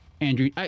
Andrew